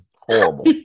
Horrible